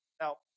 Now